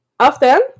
Often